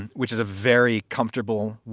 and which is a very comfortable way.